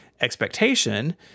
expectation